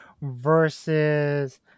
versus